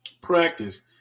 practice